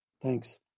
Thanks